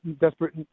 desperate